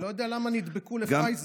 אני לא יודע למה נדבקו לפייזר.